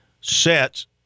sets